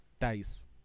dice